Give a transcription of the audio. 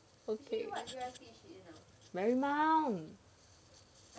marymount